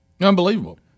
Unbelievable